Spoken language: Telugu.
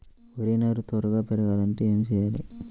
వరి నారు త్వరగా పెరగాలంటే ఏమి చెయ్యాలి?